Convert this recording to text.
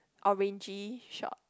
orangey short